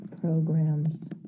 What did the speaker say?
programs